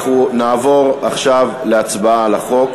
אנחנו נעבור עכשיו להצבעה על הצעת